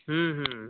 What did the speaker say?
हम्म हम्म